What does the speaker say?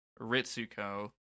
Ritsuko